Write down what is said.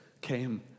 came